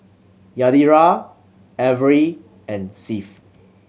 Yadira Avery and Seth